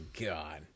God